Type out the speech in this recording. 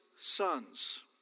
sons